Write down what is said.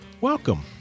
Welcome